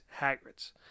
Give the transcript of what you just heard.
Hagrid's